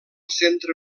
centre